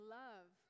love